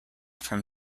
from